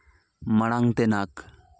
ᱢᱟᱬᱟᱝ ᱛᱮᱱᱟᱜ